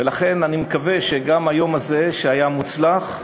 ולכן אני מקווה שגם האמור ביום הזה, שהיה מוצלח,